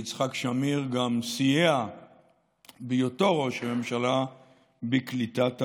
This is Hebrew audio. יצחק שמיר גם סייע בהיותו ראש הממשלה בקליטת העולים.